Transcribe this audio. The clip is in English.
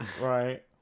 right